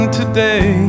today